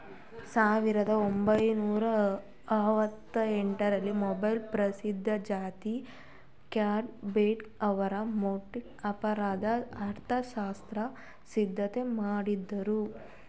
ಸಾವಿರದ ಒಂಬೈನೂರ ಆರವತ್ತಎಂಟು ಮೊಬೈಲ್ ಪ್ರಶಸ್ತಿವಿಜೇತ ಗ್ಯಾರಿ ಬೆಕರ್ ಅವ್ರು ಮೊದ್ಲು ಅಪರಾಧ ಅರ್ಥಶಾಸ್ತ್ರ ಸಿದ್ಧಾಂತ ಮಾಡಿದ್ರು